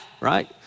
Right